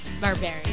Barbarian